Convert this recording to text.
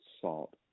salt